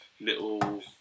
little